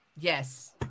yes